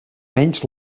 menys